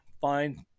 Find